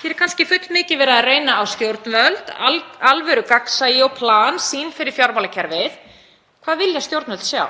Hér er kannski fullmikið verið að reyna á stjórnvöld, alvöru gagnsæi og plan, sýn fyrir fjármálakerfið. Hvað vilja stjórnvöld sjá?